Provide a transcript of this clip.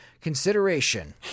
consideration